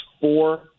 four